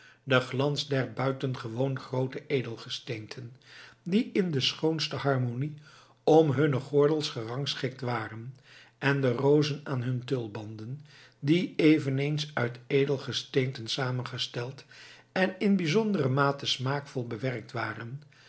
de glans der buitengewoon groote edelgesteenten die in de schoonste harmonie om hunne gordels gerangschikt waren en de rozen aan hun tulbanden die eveneens uit edelgesteenten samengesteld en in bijzondere mate smaakvol bewerkt waren